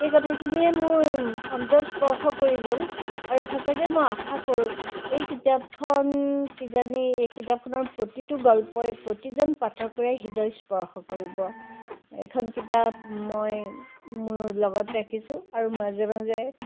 এই কথাখিনিয়ে মোৰ অন্তৰ স্পৰ্শ কৰি গ'ল আৰু সঁচাকৈ মই আশা কৰোঁ এই কিতাপখন কিজানি এই কিতাপখনৰ প্ৰতিটো গল্পই প্ৰতিজন পাঠকৰে হৃদয় স্পৰ্শ কৰিব এইখন কিতাপ মই মোৰ লগত ৰাখিছোঁ আৰু মাজে মাজে